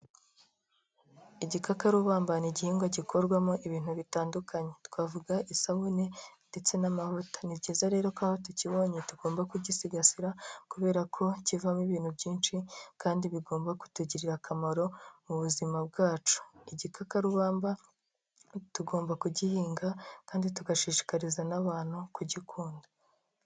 Igikakarubamba, ni igihingwa gikorwamo ibintu bitandukanye, twavuga isabune ndetse n'amavuta, ni byiza rero aho tukibonye, tugomba kugisigasira kubera ko kivamo ibintu byinshi kandi bigomba kutugirira akamaro mu buzima bwacu. Igikakarubamba tugomba kugihinga kandi tugashishikariza n'abantu kugikunda.